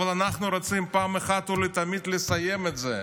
אבל אנחנו רוצים פעם אחת ולתמיד לסיים את זה.